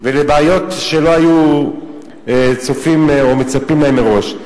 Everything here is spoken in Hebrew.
ולבעיות שלא היו מצפים להן מראש.